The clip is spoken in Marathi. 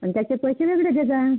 आणि त्याचे पैसे वेगळे दे जा